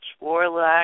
warlock